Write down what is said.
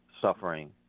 suffering